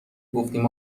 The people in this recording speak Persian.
گفتیم